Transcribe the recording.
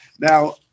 now